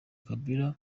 kabila